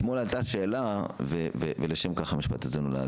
אתמול עלתה שאלה ולשם כך המשפט הזה נולד.